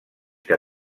que